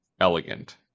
elegant